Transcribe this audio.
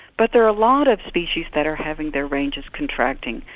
but there are a lot of species that are having their ranges contracting,